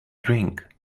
drink